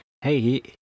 Hey